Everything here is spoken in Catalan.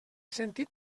sentit